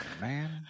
Man